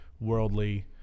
worldly